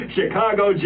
Chicago